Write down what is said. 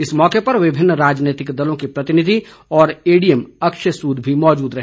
इस मौके विभिन्न राजनीतिक दलों के प्रतिनिधि और एडीएम अक्षय सूद भी मौजूद रहे